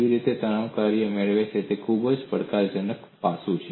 લોકો કેવી રીતે તણાવ કાર્ય મેળવે છે તે ખૂબ જ પડકારજનક પાસું છે